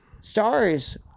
stars